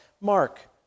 mark